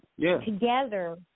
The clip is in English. together